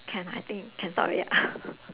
can I think can stop already ah